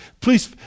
please